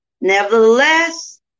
Nevertheless